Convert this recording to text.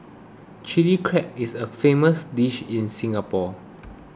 Chilli Crab is a famous dish in Singapore